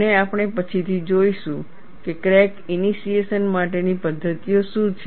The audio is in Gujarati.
અને આપણે પછીથી જોઈશું કે ક્રેક ઈનિશિએશન માટેની પદ્ધતિઓ શું છે